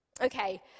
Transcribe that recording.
Okay